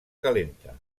calenta